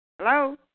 Hello